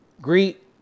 greet